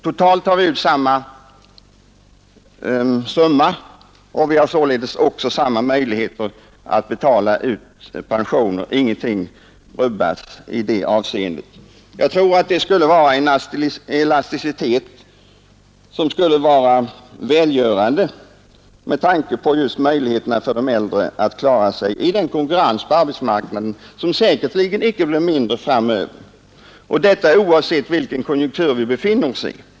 Totalt tar vi ut samma summa, och vi har således också samma möjligheter att betala ut pensioner. Ingenting rubbas i det avseendet. Jag tror att en sådan här elasticitet skulle vara välgörande med tanke på just möjligheterna för de äldre att klara sig i konkurrensen på arbetsmarknaden, som säkerligen icke blir mindre framöver — detta oavsett vilken konjunktur vi befinner oss i.